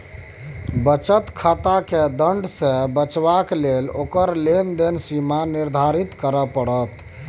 बचत खाताकेँ दण्ड सँ बचेबाक लेल ओकर लेन देनक सीमा निर्धारित करय पड़त